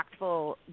impactful